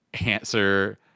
answer